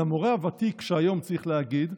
למורה הוותיק היום, צריך להגיד,